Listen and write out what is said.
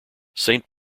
saint